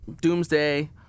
Doomsday